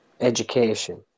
education